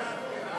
אלי בן-דהן.